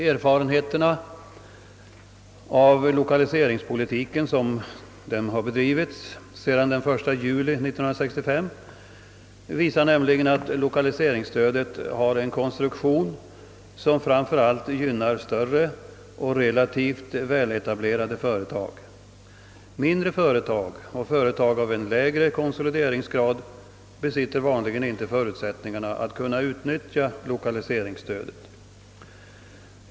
Erfarenheten av lokaliseringspolitiken, sådan den bedrivits sedan den 1 juli 1965, visar nämligen att lokaliseringsstödet har en konstruktion som framför allt gynnar större och relativt väletablerade företag. Mindre företag och företag av en lägre konsolideringsgrad besitter vanligen inte förutsättningarna för att kunna utnyttja lokaliseringsstödet.